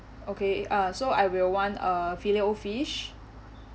okay uh so I will want a fillet O fish